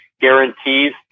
guarantees